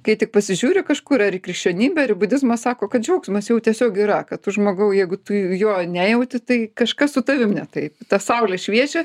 kai tik pasižiūri kažkur ar į krikščionybę ar į budizmą sako kad džiaugsmas jau tiesiog yra kad tu žmogau jeigu tu jo nejauti tai kažkas su tavim ne taip ta saulė šviečia